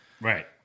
Right